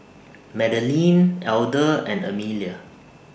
Madeleine Elder and Emelia